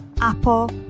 Apple